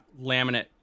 laminate